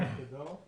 ירים את ידו.